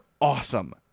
awesome